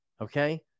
Okay